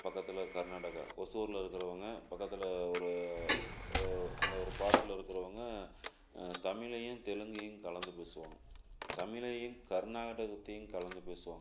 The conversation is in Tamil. பக்கத்தில் கர்நாடகா ஒசூரில் இருக்கிறவங்க பக்கத்தில் ஒரு உ அந்த ஒரு பாடரில் இருக்கிறவங்க தமிழையும் தெலுங்கையும் கலந்து பேசுவாங்க தமிழையும் கர்நாடகத்தையும் கலந்து பேசுவாங்க